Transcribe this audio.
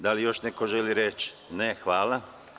Da li još neko želi reč? (Ne) Hvala.